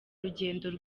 rugendo